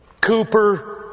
Cooper